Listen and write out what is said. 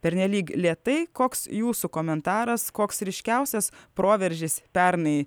pernelyg lėtai koks jūsų komentaras koks ryškiausias proveržis pernai